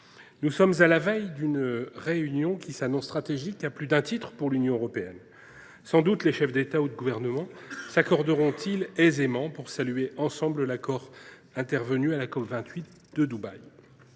Nous sommes à la veille d’une réunion qui s’annonce stratégique à plus d’un titre pour l’Union européenne. Sans doute les chefs d’État et de gouvernement s’accorderont ils aisément pour saluer ensemble l’accord intervenu à la COP28 de Dubaï ?